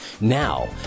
Now